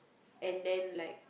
and then like